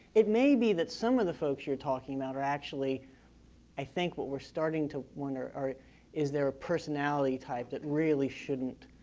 it may be that some of the folks you're talking about are actually i think what we're starting to wonder is there a personality type that really shouldn't